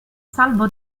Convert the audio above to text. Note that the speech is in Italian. salvo